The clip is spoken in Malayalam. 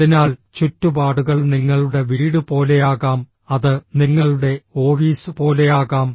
അതിനാൽ ചുറ്റുപാടുകൾ നിങ്ങളുടെ വീട് പോലെയാകാം അത് നിങ്ങളുടെ ഓഫീസ് പോലെയാകാം